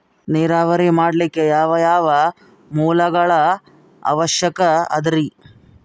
ನೇರಾವರಿ ಮಾಡಲಿಕ್ಕೆ ಯಾವ್ಯಾವ ಮೂಲಗಳ ಅವಶ್ಯಕ ಅದರಿ?